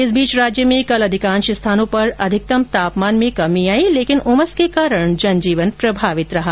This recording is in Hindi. इस बीच प्रदेश में कल अधिकांश स्थानों पर अधिकतम तापमान में कमी आई लेकिन उमस के कारण जनजीवन प्रभावित हुआ